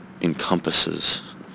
encompasses